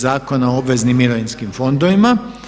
Zakona o obveznim mirovinskim fondovima.